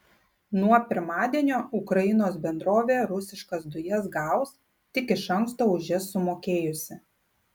nuo pirmadienio ukrainos bendrovė rusiškas dujas gaus tik iš anksto už jas sumokėjusi